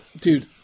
Dude